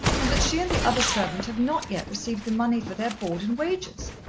and that she and the other servant have not yet received the money for their board and wages.